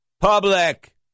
public